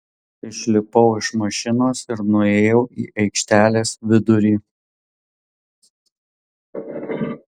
išlipau iš mašinos ir nuėjau į aikštelės vidurį